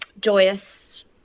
joyous